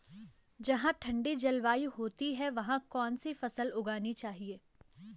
जहाँ ठंडी जलवायु होती है वहाँ कौन सी फसल उगानी चाहिये?